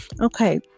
Okay